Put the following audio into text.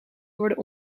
worden